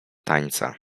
tańca